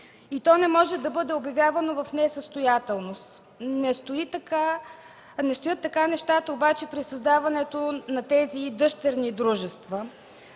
и то не може да бъде обявявано в несъстоятелност. Не стоят нещата така обаче при създаването на тези дъщерни дружества.